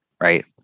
Right